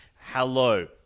hello